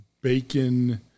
bacon